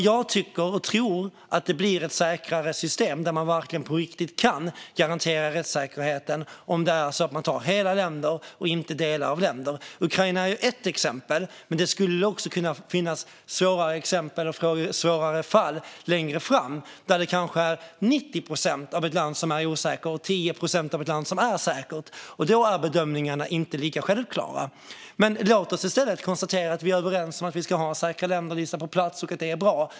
Jag tror att det blir ett säkrare system där man på riktigt kan garantera rättssäkerheten om man tar hela länder och inte delar av länder. Ukraina är ett exempel, men det skulle längre fram kunna finnas svårare exempel och svårare fall där det kanske är 90 procent av ett land som är osäkert och 10 procent som är säkert. Då är bedömningarna inte lika självklara. Låt oss i stället konstatera att vi är överens om att vi ska ha en säkra länder-lista på plats och att det är bra.